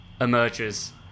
emerges